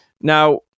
Now